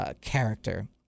character